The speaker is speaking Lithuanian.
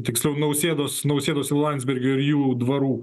tiksliau nausėdos nausėdos ir landsbergio ir jų dvarų